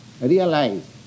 realize